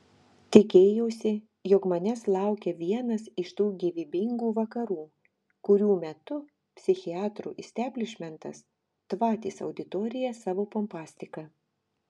tikėjausi jog manęs laukia vienas iš tų gyvybingų vakarų kurių metu psichiatrų isteblišmentas tvatys auditoriją savo pompastika